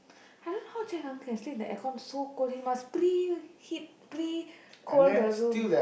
I don't know how Jack uncle can sleep in the aircon so cold he must pre heat pre cold the room